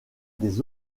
des